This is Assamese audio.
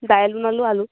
দাইল বনালোঁ আলু